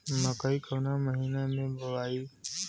मकई कवना महीना मे बोआइ?